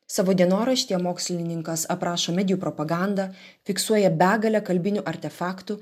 savo dienoraštyje mokslininkas aprašo medijų propagandą fiksuoja begalę kalbinių artefaktų